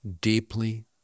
deeply